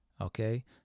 okay